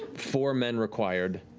four men required,